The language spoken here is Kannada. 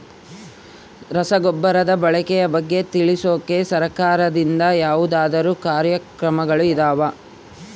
ರಸಗೊಬ್ಬರದ ಬಳಕೆ ಬಗ್ಗೆ ತಿಳಿಸೊಕೆ ಸರಕಾರದಿಂದ ಯಾವದಾದ್ರು ಕಾರ್ಯಕ್ರಮಗಳು ಇದಾವ?